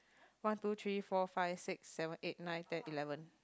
one two three four five six seven eight nine ten eleven